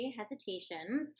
hesitations